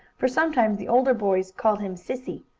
for sometimes the older boys called him sissy.